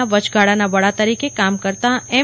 ના વચગાળાના વડા તરીકે કામ કરતા એમ